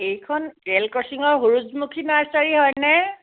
এইখন ৰে'ল ক্ৰছিঙৰ সুৰুযমুখী নাৰ্চাৰী হয়নে